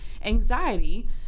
Anxiety